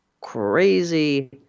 crazy